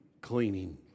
cleaning